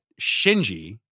Shinji